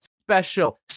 special